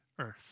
earth